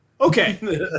Okay